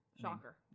Shocker